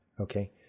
Okay